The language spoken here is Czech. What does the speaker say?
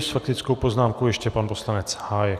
S faktickou poznámkou ještě pan poslanec Hájek.